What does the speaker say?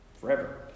forever